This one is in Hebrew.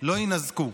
לא יינזקו.